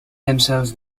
themselves